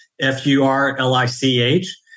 F-U-R-L-I-C-H